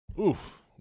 Oof